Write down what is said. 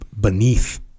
beneath